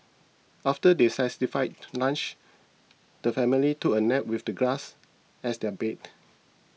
after their satisfying lunch the family took a nap with the grass as their bed